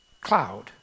cloud